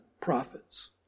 prophets